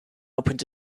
opened